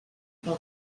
pel